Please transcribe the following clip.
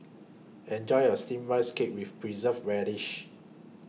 Enjoy your Steamed Rice Cake with Preserved Radish